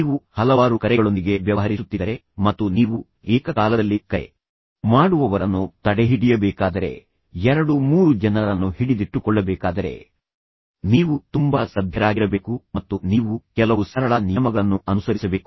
ನೀವು ಹಲವಾರು ಕರೆಗಳೊಂದಿಗೆ ವ್ಯವಹರಿಸುತ್ತಿದ್ದರೆ ಮತ್ತು ನಂತರ ನೀವು ಏಕಕಾಲದಲ್ಲಿ ಕರೆ ಮಾಡುವವರನ್ನು ತಡೆಹಿಡಿಯಬೇಕಾದರೆ ಎರಡು ಮೂರು ಜನರನ್ನು ಹಿಡಿದಿಟ್ಟುಕೊಳ್ಳಬೇಕಾದರೆ ನೀವು ತುಂಬಾ ಸಭ್ಯರಾಗಿರಬೇಕು ಮತ್ತು ನೀವು ಕೆಲವು ಸರಳ ನಿಯಮಗಳನ್ನು ಅನುಸರಿಸಬೇಕು